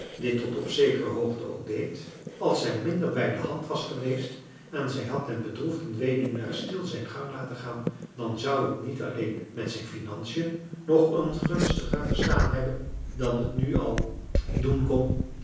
ook deed als zij minder bij de hand was geweest en zij had den bedroefden weduwnaar stil zijn gang laten gaan dan zou het niet alleen met zijn financiën nog ongunstiger gestaan hebben dan het nu al